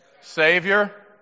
Savior